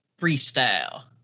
Freestyle